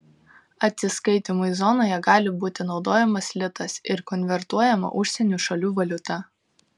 atsiskaitymui zonoje gali būti naudojamas litas ir konvertuojama užsienio šalių valiuta